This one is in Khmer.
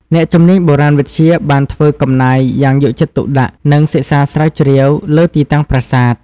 អ្នកជំនាញបុរាណវិទ្យាបានធ្វើកំណាយយ៉ាងយកចិត្តទុកដាក់ និងសិក្សាស្រាវជ្រាវលើទីតាំងប្រាសាទ។